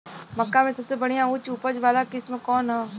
मक्का में सबसे बढ़िया उच्च उपज वाला किस्म कौन ह?